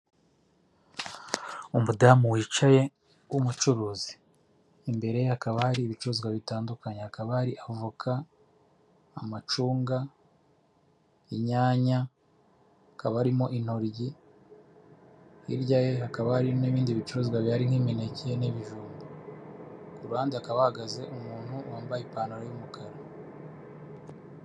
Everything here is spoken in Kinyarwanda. Umudamu wicaye w'umucuruzi, imbere ye hakaba hari ibicuruzwa bitandukanye, hakaba hari avoka, amacunga, inyanya, hakaba harimo intoryi, hirya ye hakaba hari n'ibindi bicuruzwa bihari nk'imineke n'ibijumba, ku ruhande hakaba hahagaze umuntu wambaye ipantaro y'umukara.